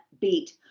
beat